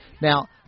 Now